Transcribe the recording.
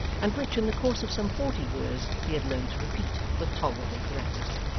and which in the course of some forty years he had learnt to repeat with tolerable correctness.